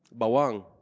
bawang